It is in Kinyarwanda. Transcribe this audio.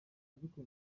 ariko